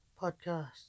podcast